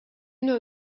know